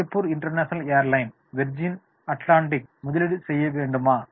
Singapore சர்வதேச விமான நிறுவனம் விர்ஜின் அட்லாண்டிக்கில் முதலீடு செய்ய வேண்டுமா